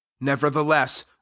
nevertheless